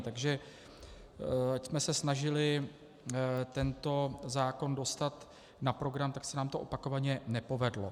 Takže ač jsme se snažili tento zákon dostat na program, tak se nám to opakovaně nepovedlo.